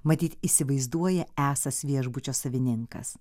matyt įsivaizduoja esąs viešbučio savininkas